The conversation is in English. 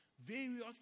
various